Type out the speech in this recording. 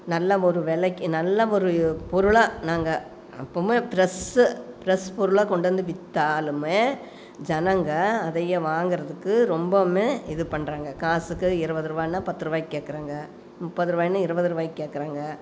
நல்ல ஒரு விலைக்கு நல்ல ஒரு பொருளாக நாங்கள் எப்போவுமே ஃப்ரெஸ்ஸு ஃப்ரெஷ் பொருளாக கொண்டு வந்து விற்றாலுமே ஜனங்கள் அதையே வாங்குறதுக்கு ரொம்பவுமே இது பண்ணுறாங்க காசுக்கு இருபது ரூவானா பத்து ரூவாக்கி கேட்குறாங்க முப்பது ரூபானா இருபது ரூவாக்கி கேட்குறாங்க